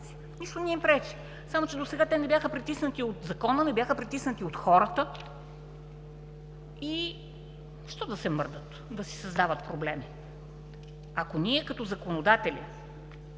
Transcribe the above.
Нищо не им пречи, само че досега те не бяха притиснати от Закона, не бяха притиснати от хората и защо да се мърдат, да си създават проблеми? Ако ние като законодатели